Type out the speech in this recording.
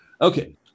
Okay